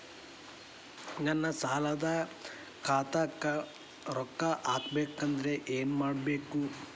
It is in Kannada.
ನನ್ನ ಸಾಲದ ಖಾತಾಕ್ ರೊಕ್ಕ ಹಾಕ್ಬೇಕಂದ್ರೆ ಏನ್ ಮಾಡಬೇಕು?